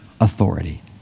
authority